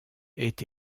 est